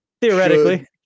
Theoretically